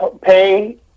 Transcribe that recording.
pay